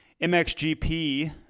MXGP